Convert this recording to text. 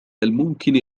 الممكن